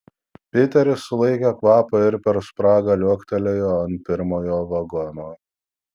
piteris sulaikė kvapą ir per spragą liuoktelėjo ant pirmojo vagono